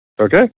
Okay